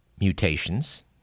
Mutations